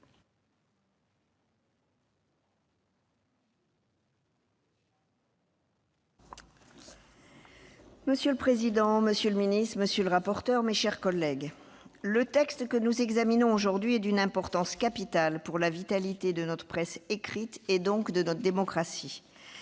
Monsieur le président, monsieur le ministre, mes chers collègues, le texte que nous examinons aujourd'hui est d'une importance capitale pour la vitalité de notre presse écrite et, donc, de notre démocratie.